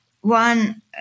one